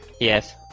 Yes